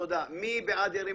מי בעד?